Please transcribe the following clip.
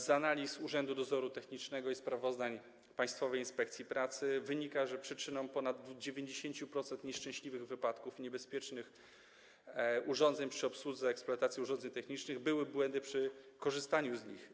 Z analiz Urzędu Dozoru Technicznego i sprawozdań Państwowej Inspekcji Pracy wynika, że przyczyną ponad 90% nieszczęśliwych wypadków i niebezpiecznych uszkodzeń przy obsłudze i eksploatacji urządzeń technicznych były błędy przy korzystaniu z nich.